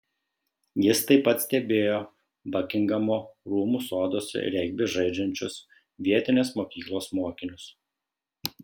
jis taip pat stebėjo bakingamo rūmų soduose regbį žaidžiančius vietinės mokyklos mokinius